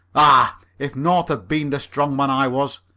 ah if north had been the strong man i was!